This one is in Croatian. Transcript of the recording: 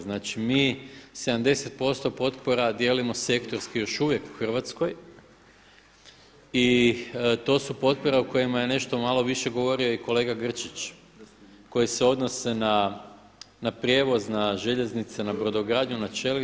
Znači mi 70% potpora dijelimo sektorski još uvijek u Hrvatskoj i to su potpore u kojima je nešto malo više govorio i kolega Grčić koje se odnose na prijevoz, na željeznice, na brodogradnju, na čelik.